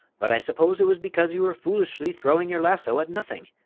but i suppose it was because you were foolishly throwing your lasso at nothing.